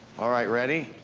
all right, ready.